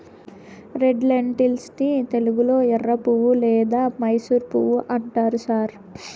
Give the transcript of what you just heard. red lentils ని తెలుగులో ఎర్రపప్పు లేదా మైసూర్ పప్పు అంటారు సార్